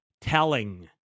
telling